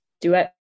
duet